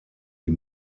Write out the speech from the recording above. die